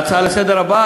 להצעה הבאה לסדר-היום,